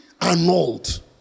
annulled